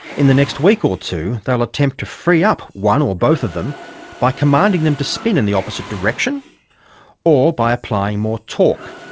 in the next week or two they'll attempt to free up one or both of them by commanding them to spin in the opposite direction or by applying more torque.